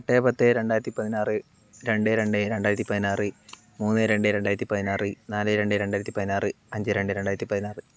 എട്ട് പത്ത് രണ്ടായിരത്തി പതിനാറ് രണ്ട് രണ്ട് രണ്ടായിരത്തി പതിനാറ് മൂന്ന് രണ്ട് രണ്ടായിരത്തി പതിനാറ് നാല് രണ്ട് രണ്ടായിരത്തി പതിനാറ് അഞ്ച് രണ്ട് രണ്ടായിരത്തി പതിനാറ്